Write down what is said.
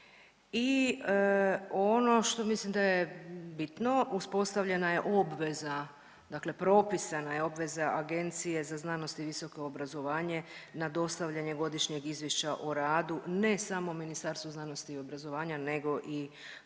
I ono što mislim da je bitno uspostavljena je obveza, dakle propisana je obveza Agencije za znanost i visoko obrazovanje na dostavljanje Godišnjeg izvješća o radu ne samo Ministarstva znanosti i obrazovanja, nego i